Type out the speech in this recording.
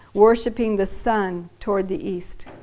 worshiping the sun toward the east.